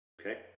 okay